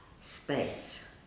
space